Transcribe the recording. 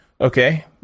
Okay